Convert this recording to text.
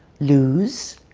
lose.